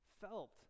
felt